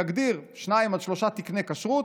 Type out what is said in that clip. היא תגדיר שניים עד שלושה תקני כשרות,